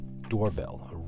doorbell